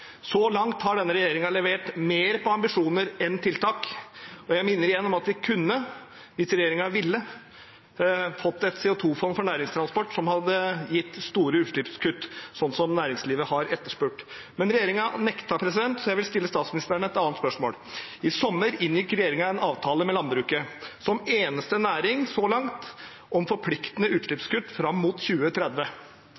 Så langt har denne regjeringen levert mer på ambisjoner enn tiltak, og jeg minner igjen om at vi kunne, hvis regjeringen ville, fått et CO 2 -fond for næringstransport som hadde gitt store utslippskutt, slik næringslivet har etterspurt. Men regjeringen nektet, så jeg vil stille statsministeren et annet spørsmål. I sommer inngikk regjeringen en avtale med landbruket – som eneste næring så langt – om forpliktende